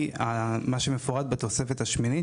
היא מה שמפורט בתוספת השמינית,